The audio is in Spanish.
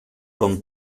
con